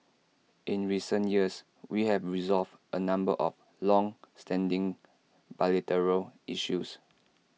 in recent years we have resolved A number of longstanding bilateral issues